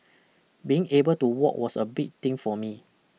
being able to walk was a big thing for me